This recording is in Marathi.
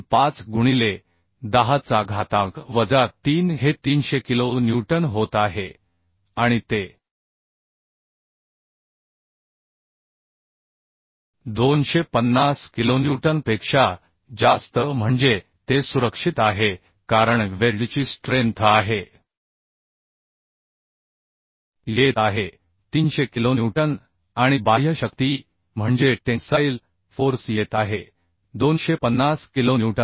25 गुणिले 10चा घातांक वजा 3 हे 300 किलो न्यूटन होत आहे आणि ते 250 किलोन्यूटनपेक्षा जास्त म्हणजे ते सुरक्षित आहे कारण वेल्डची स्ट्रेंथ येत आहे 300 किलोन्यूटन आणि बाह्य शक्ती म्हणजे टेन्साईल फोर्स येत आहे 250 किलोन्यूटन